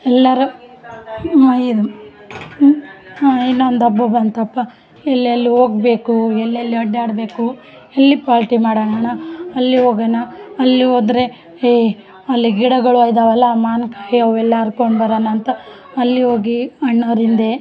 ಎಲ್ಲರು ಇನ್ನೊಂದು ಹಬ್ಬ ಬಂತಪ್ಪ ಎಲ್ಲೆಲ್ಲಿ ಹೋಗ್ಬೇಕು ಎಲ್ಲೆಲ್ಲಿ ಅಡ್ಡಾಡ್ಬೇಕು ಎಲ್ಲಿ ಪಾಲ್ಟಿ ಮಾಡೋಣ ಅಲ್ಲಿ ಹೋಗೋಣ ಅಲ್ಲಿ ಹೋದ್ರೆ ಏ ಅಲ್ಲಿ ಗಿಡಗಳು ಐದವಲ್ಲ ಆ ಮಾವಿನ್ಕಾಯಿ ಅವೆಲ್ಲ ಹರ್ಕೊಣ್ ಬರೋಣ ಅಂತ ಅಲ್ಲಿ ಹೋಗಿ ಅಣ್ಣೋರಿಂದೆ